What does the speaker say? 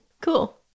cool